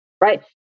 right